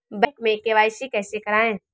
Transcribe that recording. Bank में KYC कैसे करायें?